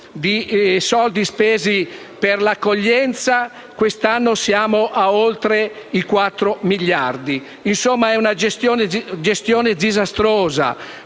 di soldi spesi per l'accoglienza; quest'anno siamo ad oltre 4 miliardi. È una gestione disastrosa;